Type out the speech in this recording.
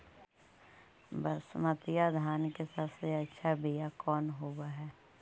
बसमतिया धान के सबसे अच्छा बीया कौन हौब हैं?